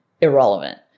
irrelevant